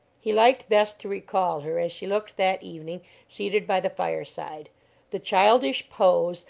he liked best to recall her as she looked that evening seated by the fireside the childish pose,